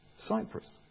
Cyprus